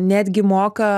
netgi moka